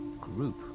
group